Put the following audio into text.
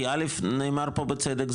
כי נאמר פה בצדק,